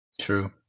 True